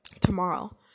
tomorrow